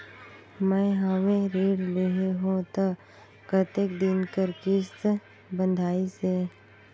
मैं हवे ऋण लेहे हों त कतेक दिन कर किस्त बंधाइस हे?